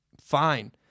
fine